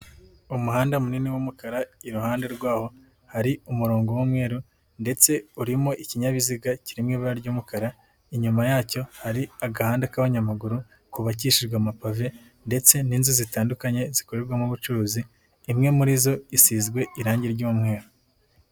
Umuhanda munini w'umukara iruhande rwawo hari umurongo w'umweru ndetse urimo ikinyabiziga kiri mu ibara ry'umukara, inyuma yacyo hari agahanda k'abanyamaguru kubabakishijwe amapave ndetse n'inzu zitandukanye zikorerwamo ubucuruzi imwe muri zo isizwe irange ry'umweru.